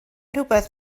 rhywbeth